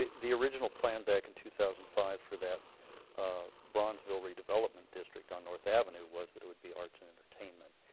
the original plan back in two thousand and five for that ah bronzeville redevelopment district on north avenue was that it would be arts and entertainment.